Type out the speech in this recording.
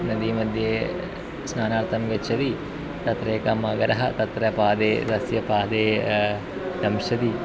नदी मध्ये स्नानार्थं गच्चति तत्र एकः मकरः तत्र पादे तस्य पादे दंशति